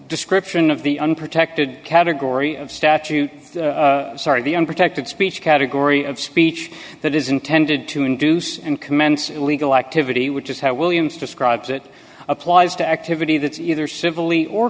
description of the unprotected category of statute sorry the unprotected speech category of speech that is intended to induce and commence illegal activity which is how williams described it applies to activity that's either